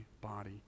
body